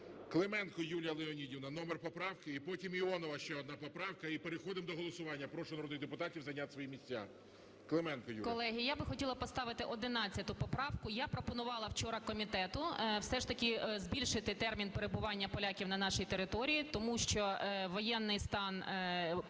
Клименко Юлія Леонідівна, номер поправки і потім Іонова ще одна поправка. І переходимо до голосування. Прошу народних депутатів зайняти свої місця. Клименко Юлія. 15:43:17 КЛИМЕНКО Ю.Л. Колеги, я би хотіла поставити 11 поправку. Я пропонувала вчора комітету все ж таки збільшити термін перебування поляків на нашій території, тому що воєнний стан,